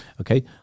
okay